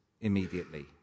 immediately